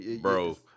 Bro